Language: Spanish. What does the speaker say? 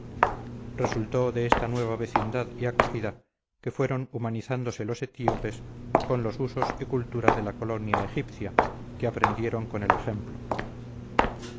resultó de esta nueva vecindad y acogida que fueron humanizándose los etíopes con los usos y cultura de la colonia egipcia que aprendieron con el ejemplo